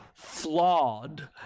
flawed